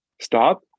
stop